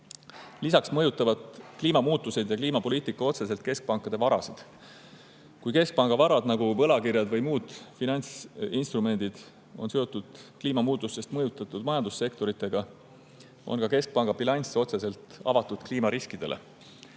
mõjutavad kliimamuutused ja kliimapoliitika otseselt keskpankade varasid. Kui keskpanga varad, nagu võlakirjad ja muud finantsinstrumendid, on seotud kliimamuutustest mõjutatud majandussektoritega, on ka keskpanga bilanss otseselt avatud kliimariskidele.